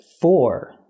four